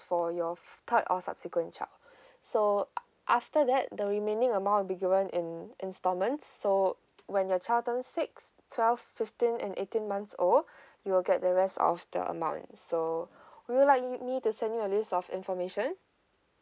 for your third or subsequent child so after that the remaining amount will be given in instalments so when your child turns six twelve fifteen and eighteen months old you will get the rest of the amount so would you like me to send you a list of information